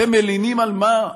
אתם מלינים על מה?